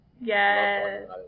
Yes